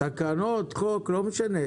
תקנות, חוק, לא משנה.